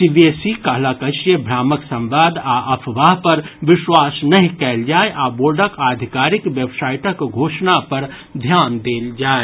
CBSE कहलक अछि जे भ्रामक संवाद आ अफवाह पर विश्वास नहि कयल जाय आ बोर्डक आधिकारिक वेबसाईटक घोषणा पर ध्यान देल जाय